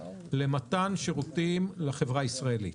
למתן שירותים לחברה הישראלית.